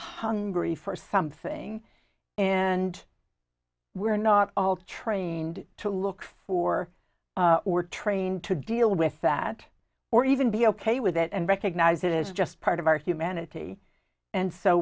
hungry for something and we're not all trained to look for we're trained to deal with that or even be ok with it and recognize it is just part of our humanity and so